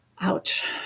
Ouch